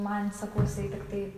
man sakau jisai tiktai